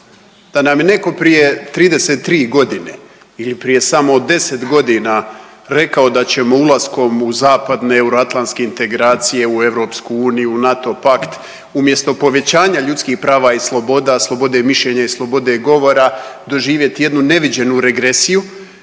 da nam je neko prije 33.g. ili prije samo 10.g. rekao da ćemo ulaskom u zapadne euroatlantske integracije, u EU, u NATO pakt, umjesto povećanja ljudskih prava i sloboda, slobode mišljenja i slobode govora doživjeti jednu neviđenu regresiju